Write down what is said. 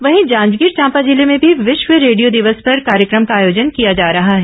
वहीं जांजगीर चांपा जिले में भी विश्व रेडियो दिवस पर कार्यक्रम का आयोजन किया जा रहा है